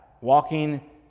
walking